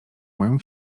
moją